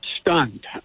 stunned